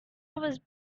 was